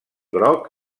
groc